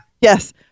Yes